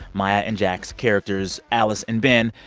maya and jack's characters, alice and ben,